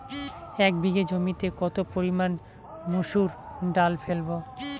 এক বিঘে জমিতে কত পরিমান মুসুর ডাল ফেলবো?